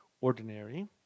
ordinary